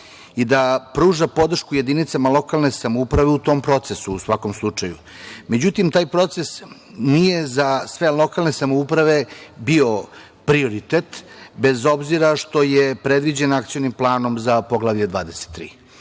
i da pruža podršku jedinicama lokalne samouprave u tom procesu, u svakom slučaju.Međutim, taj proces nije za sve lokalne samouprave bio prioritet, bez obzira što je predviđen Akcionim planom za Poglavlje 23.Mi